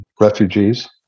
refugees